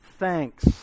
thanks